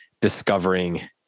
discovering